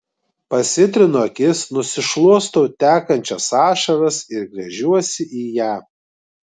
pasitrinu akis nusišluostau tekančias ašaras ir gręžiuosi į ją